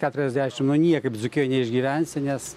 keturiasdešim nu niekaip dzūkijoj neišgyvensi nes